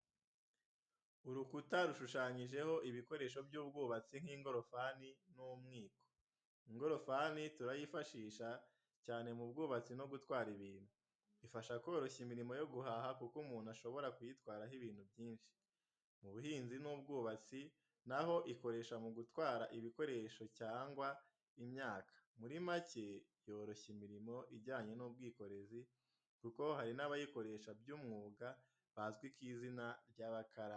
Urukuta rushushanyijeho ibikoresho by'ubwubatsi nk'ingorofani n'umwiko. Ingorofani turayifashisha, cyane mu bwubatsi no gutwara ibintu. Ifasha koroshya imirimo yo guhaha kuko umuntu ashobora kuyitwaraho ibintu byinshi. Mu buhinzi n’ubwubatsi naho ikoreshwa mu gutwara ibikoresho cyangwa imyaka. Muri macye yoroshya imirimo ijyanye n’ubwikorezi kuko hari n’abayikoresha by’umwuga bazwi ku izina ry’abakarani.